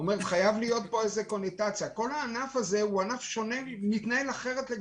כל הענף הזה מתנהל שונה משאר המשק.